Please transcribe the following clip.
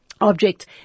object